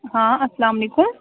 ہاں اسلامُ علیکُم